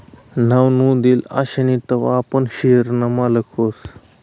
नाव नोंदेल आशीन तवय आपण शेयर ना मालक व्हस